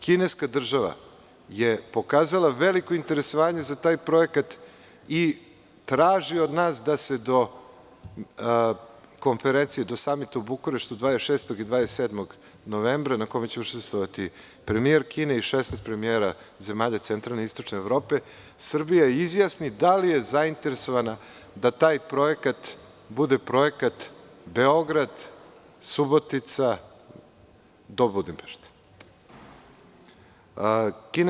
Kineska država je pokazala veliko interesovanje za taj projekat i traži od nas da se do konferencije, do samita u Bukureštu 26. i 27. novembra, na kome će učestvovati premijer Kine i 16 premijera zemalja centralne i istočne Evrope, Srbija izjasni da li je zainteresovana da taj projekat bude projekat Beograd-Subotica do Budimpešte.